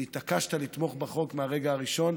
והתעקשת לתמוך בחוק מהרגע הראשון.